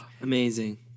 Amazing